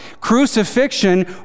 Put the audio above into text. Crucifixion